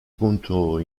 punto